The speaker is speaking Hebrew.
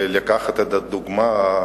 וניקח את הדוגמה של